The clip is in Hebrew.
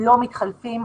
לא מתחלפים.